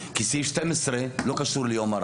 כי סעיף 12 לא קשור ליום מרן.